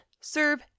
serve